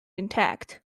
intact